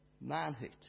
manhood